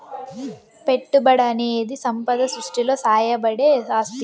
పెట్టుబడనేది సంపద సృష్టిలో సాయపడే ఆస్తి